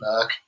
back